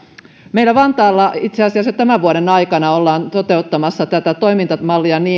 meillä vantaalla itse asiassa tämän vuoden aikana ollaan toteuttamassa tätä toimintamallia